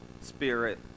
spirit